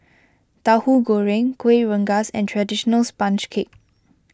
Tauhu Goreng Kuih Rengas and Traditional Sponge Cake